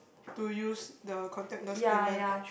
to use the contactless payment